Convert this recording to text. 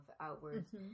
outwards